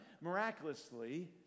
miraculously